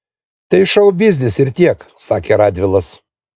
tai šou biznis ir tiek sakė radvilas